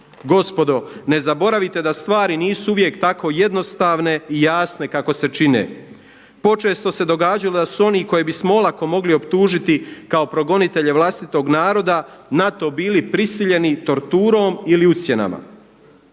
Gospodo ne zaboravite da stvari nisu uvijek tako jednostavne i jasne kako se čine. Počesto se događalo da su se oni koje bismo olako mogli optužiti kao progonitelje vlastitog naroda na to bili prisiljeni torturom ili ucjenama.